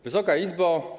Wysoka Izbo!